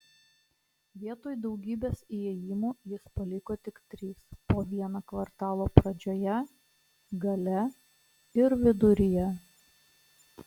vietoj daugybės įėjimų jis paliko tik tris po vieną kvartalo pradžioje gale ir viduryje